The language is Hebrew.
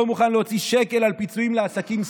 לא מוכן להוציא שקל על פיצויים לעסקים סגורים,